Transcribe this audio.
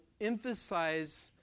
emphasize